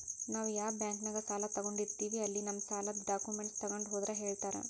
ನಾವ್ ಯಾ ಬಾಂಕ್ನ್ಯಾಗ ಸಾಲ ತೊಗೊಂಡಿರ್ತೇವಿ ಅಲ್ಲಿ ನಮ್ ಸಾಲದ್ ಡಾಕ್ಯುಮೆಂಟ್ಸ್ ತೊಗೊಂಡ್ ಹೋದ್ರ ಹೇಳ್ತಾರಾ